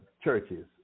churches